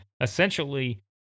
essentially